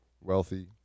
wealthy